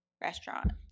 restaurant